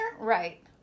Right